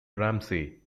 ramsay